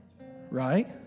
Right